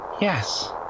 yes